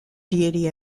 deity